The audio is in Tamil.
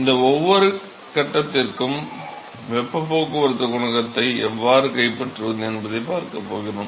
இந்த ஒவ்வொரு கட்டத்திற்கும் வெப்பப் போக்குவரத்து குணகத்தை எவ்வாறு கைப்பற்றுவது என்பதைப் பார்க்கப் போகிறோம்